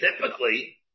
Typically